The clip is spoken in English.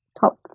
top